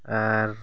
ᱟᱨ